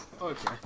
Okay